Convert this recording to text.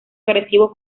agresivo